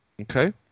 Okay